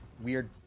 weird